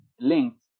linked